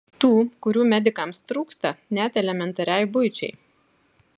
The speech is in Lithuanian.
tų kurių medikams trūksta net elementariai buičiai